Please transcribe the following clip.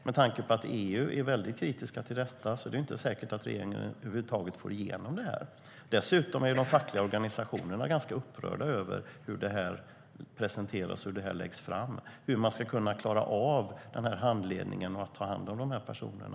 Med tanke på att EU är väldigt kritiskt till detta är det är inte säkert att regeringen över huvud taget får igenom det förslaget. Dessutom är de fackliga organisationerna ganska upprörda över hur detta presenteras. De undrar hur de ska klara av att ge handledning och ta hand om dessa personer.